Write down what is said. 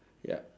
ya